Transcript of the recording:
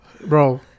Bro